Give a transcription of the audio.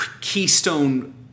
keystone